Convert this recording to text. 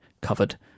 covered